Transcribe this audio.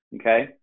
okay